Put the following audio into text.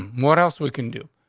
what else we can do?